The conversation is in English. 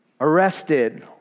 Arrested